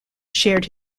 shared